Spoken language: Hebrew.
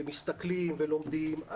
ומסתכלים ולומדים,